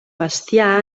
bestiar